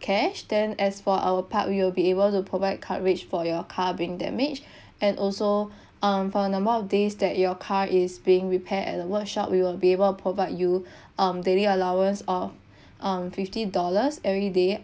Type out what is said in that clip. cash then as for our part we will be able to provide coverage for your car being damaged and also um for the amount of days that your car is being repair at the workshop we will be able provide you um daily allowance of um fifty dollars every day